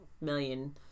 million